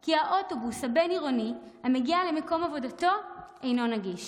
כי האוטובוס הבין-עירוני המגיע למקום עבודתו אינו נגיש,